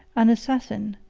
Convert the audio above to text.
an assassin,